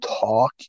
talk